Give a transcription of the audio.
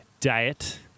diet